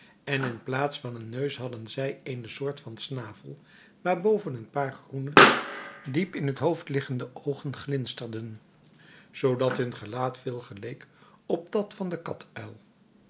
en in plaats van een neus hadden zij eene soort van snavel waarboven een paar groene diep in het hoofd liggende oogen glinsterden zoodat hun gelaat veel geleek op dat van den katuil